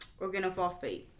organophosphate